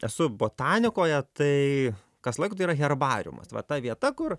esu botanikoje tai kas laiko tai yra herbariumas va ta vieta kur